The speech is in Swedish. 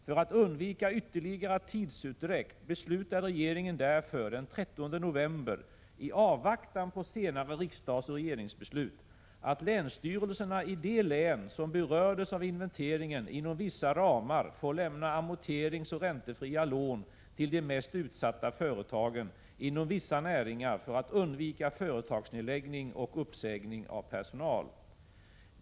För att undvika ytterligare tidsutdräkt beslutade regeringen därför den 13 november — i avvaktan på senare riksdagsoch regeringsbeslut — att länsstyrelserna i de län som berördes av inventeringen inom vissa ramar får lämna amorteringsoch räntefria lån till de mest utsatta företagen inom vissa näringar för att undvika företagsnedläggning och uppsägning av personal.